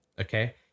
okay